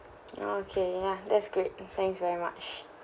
okay ya that's great thanks very much